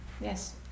yes